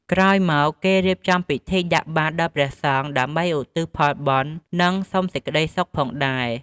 ក្រោយមកគេរៀបចំពិធីដាក់បាត្រដល់ព្រះសង្ឃដើម្បីឧទ្ទិសផលបុណ្យនិងសុំសេចក្តីសុខផងដែរ។